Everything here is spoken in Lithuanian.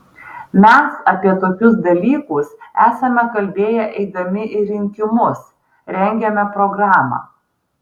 mes apie tokius dalykus esame kalbėję eidami į rinkimus rengėme programą